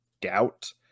doubt